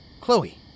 Chloe